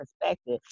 perspective